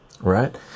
Right